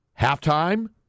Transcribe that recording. halftime